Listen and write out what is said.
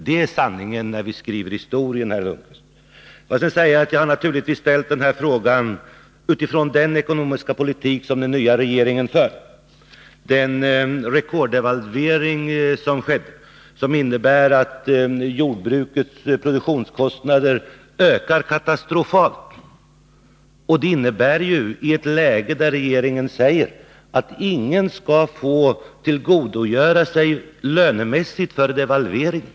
Det är sanningen när vi skriver historien, herr Lundkvist. Jag har naturligtvis ställt den här frågan med tanke på den ekonomiska politik som den nya regeringen för. Den rekorddevalvering som skedde innebär att jordbrukets produktionskostnader ökar katastrofalt i ett läge där regeringen säger att ingen skall få kompensera sig lönemässigt för devalveringen.